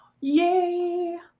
yay